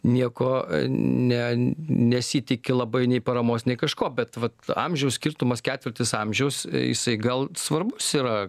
nieko ne nesitiki labai nei paramos nei kažko bet vat amžiaus skirtumas ketvirtis amžiaus jisai gal svarbus yra